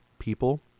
people